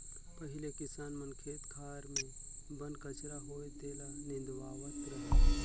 पहिले किसान मन खेत खार मे बन कचरा होवे तेला निंदवावत रिहन